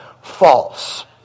false